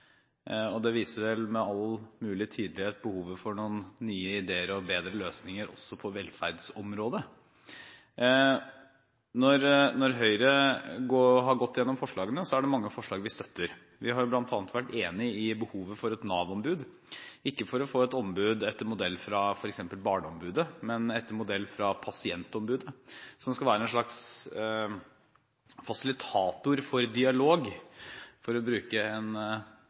grep. Det viser med all mulig tydelighet behovet for noen nye ideer og bedre løsninger, også på velferdsområdet. Når Høyre har gått igjennom forslagene, er det mange forslag vi støtter. Vi har bl.a. vært enig i behovet for et Nav-ombud – ikke for å få et ombud etter modell fra f.eks. barneombudet, men etter modell fra pasientombudet – som skal være en slags fasilitator for dialog, for å bruke en